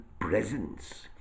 presence